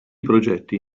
progetti